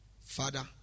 Father